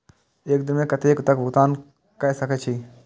एक दिन में कतेक तक भुगतान कै सके छी